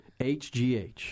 HGH